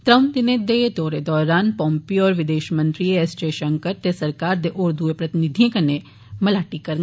त्र'ऊं दिनें दे दौरे दौरान पोम्पेयो होर विदेष मंत्री एस जय षंकर ते सरकार दे होर दुएं प्रतिनिधिएं कन्नै मलाटी करंडन